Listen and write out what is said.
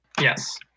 Yes